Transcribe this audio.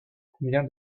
combien